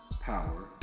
Power